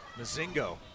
Mazingo